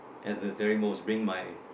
at the very most bring my